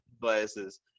glasses